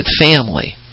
family